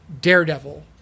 daredevil